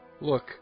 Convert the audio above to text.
Look